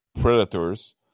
predators